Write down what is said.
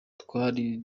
twari